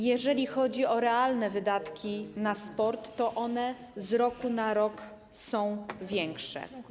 Jeżeli chodzi o realne wydatki na sport, to one z roku na rok są większe.